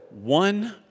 one